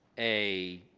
a